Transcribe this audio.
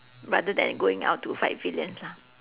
rather than going out to fight villains lah